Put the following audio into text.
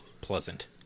pleasant